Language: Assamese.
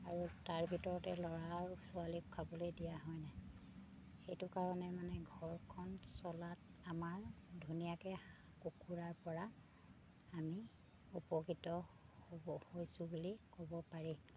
আৰু তাৰ ভিতৰতে ল'ৰা আৰু আৰু ছোৱালীক খাবলৈ দিয়া হয়নে সেইটো কাৰণে মানে ঘৰখন চলাত আমাৰ ধুনীয়াকৈ কুকুৰাৰ পৰা আমি উপকৃত হ'ব হৈছোঁ বুলি ক'ব পাৰি